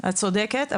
את צודקת,